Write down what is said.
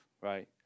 right